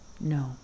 No